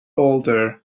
older